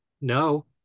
No